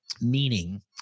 meaning